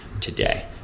today